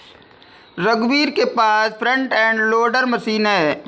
रघुवीर के पास फ्रंट एंड लोडर मशीन है